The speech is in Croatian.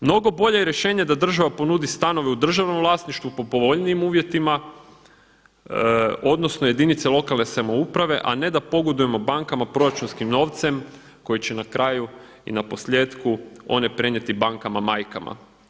Mnogo bolje je rješenje da država ponudi stanove u državnom vlasništvu po povoljnijim uvjetima odnosno jedinice lokalne samouprave a ne da pogodujemo bankama proračunskim novcem koji će na kraju i na posljetku one prenijeti bankama majkama.